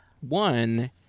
One